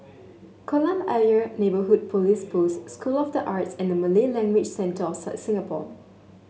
Kolam Ayer Neighbourhood Police Post School of the Arts and Malay Language Centre Singapore